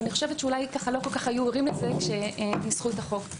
אני חושבת שלא היו ערים לכך כשניסחו את החוק.